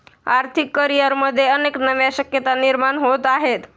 आर्थिक करिअरमध्ये अनेक नव्या शक्यता निर्माण होत आहेत